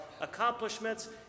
accomplishments